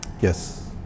Yes